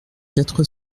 quatre